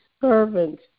servant